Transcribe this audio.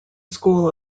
school